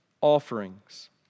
offerings